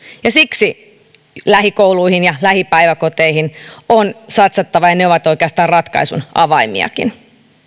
ja siksi lähikouluihin ja lähipäiväkoteihin on satsattava ja ne ovat oikeastaan ratkaisun avaimiakin